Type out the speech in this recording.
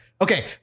Okay